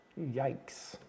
yikes